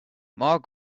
more